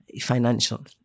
financial